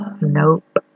Nope